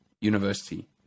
university